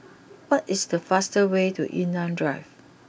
what is the fast way to Yunnan Drive